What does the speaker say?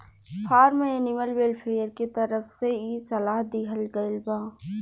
form animal welfare के तरफ से इ सलाह दीहल गईल बा